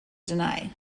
deny